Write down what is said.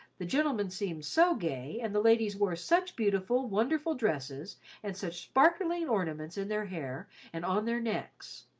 the gentlemen seemed so gay, and the ladies wore such beautiful, wonderful dresses, and such sparkling ornaments in their hair and on their necks.